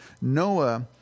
Noah